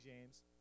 James